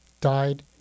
died